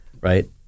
right